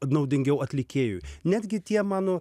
naudingiau atlikėjui netgi tie mano